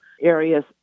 areas